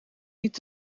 niet